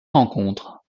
rencontre